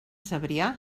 cebrià